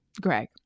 Greg